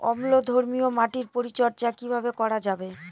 অম্লধর্মীয় মাটির পরিচর্যা কিভাবে করা যাবে?